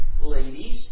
ladies